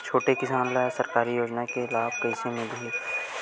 छोटे किसान ला सरकारी योजना के लाभ कइसे मिलही?